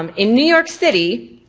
um in new york city,